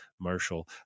Marshall